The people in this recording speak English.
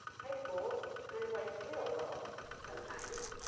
high school is kind of like the real world sometimes,